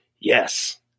Yes